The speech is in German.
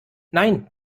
nein